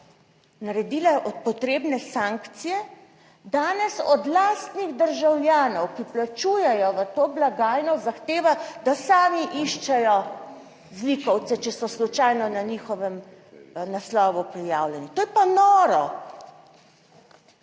naredila potrebne sankcije, danes od lastnih državljanov, ki plačujejo v to blagajno, zahteva, da sami iščejo zlikovce, če so slučajno na njihovem naslovu prijavljeni. To je pa noro.